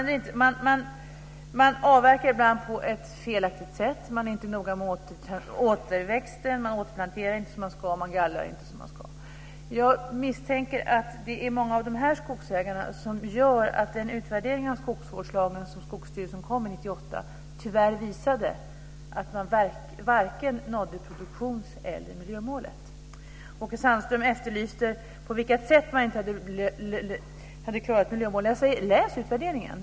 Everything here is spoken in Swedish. De avverkar ibland på ett felaktigt sätt. De är inte noga med återväxten. De återplanterar inte som de ska. De gallrar inte som de ska. Jag misstänker att det var många av de här skogsägarna som gjorde att den utvärdering av skogsvårdslagen som Skogsstyrelsen kom med 1998 tyvärr visade att man varken nådde produktions eller miljömålen. Åke Sandström undrade på vilket sätt man inte hade klarat miljömålen. Jag säger: Läs utvärderingen!